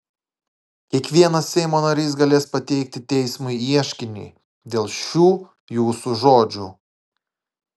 kiekvienas seimo narys galės pateikti teismui ieškinį dėl šių jūsų žodžių